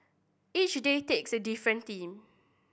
each day takes a different theme